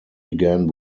began